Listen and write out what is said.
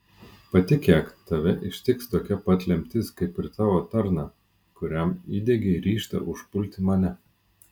patikėk tave ištiks tokia pat lemtis kaip ir tavo tarną kuriam įdiegei ryžtą užpulti mane